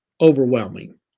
overwhelming